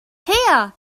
here